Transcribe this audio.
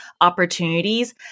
opportunities